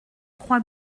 crois